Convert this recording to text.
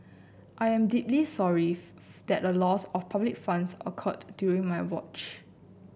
I am deeply sorry that a loss of public funds occurred during my watch